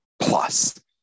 Plus